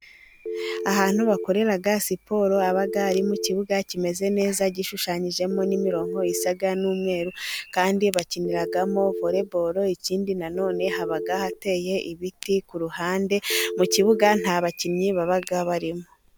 Ahantu bakorera siporo aba ari mu kibuga kimeze neza, gishushanyijemo n'imirongo isa n'umweru kandi bakiniramo volebolo, ikindi nanone haba hateye ibiti ku ruhande ,mu kibuga nta bakinnyi baba barimo.